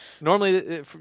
normally